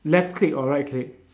left click or right click